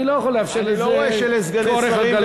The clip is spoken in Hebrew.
אני לא יכול לאפשר את זה כאורך הגלות.